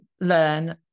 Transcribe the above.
learn